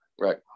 Right